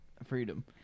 Freedom